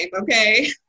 okay